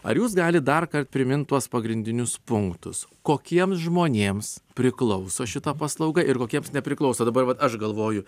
ar jūs galit dar kart primint tuos pagrindinius punktus kokiems žmonėms priklauso šita paslauga ir kokiems nepriklauso dabar vat aš galvoju